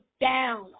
down